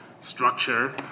structure